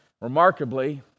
Remarkably